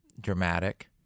dramatic